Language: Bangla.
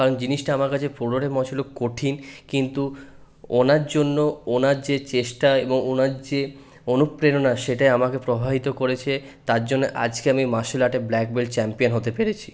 কারণ জিনিসটা আমার কাছে পুরোটাই মনে হয়েছিল কঠিন কিন্তু ওনার জন্য ওনার যে চেষ্টা এবং ওনার যে অনুপ্রেরণা সেটাই আমাকে প্রভাবিত করেছে তার জন্য আজকে আমি মার্শাল আর্টে ব্ল্যাক বেল্ট চ্যাম্পিয়ন হতে পেরেছি